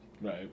Right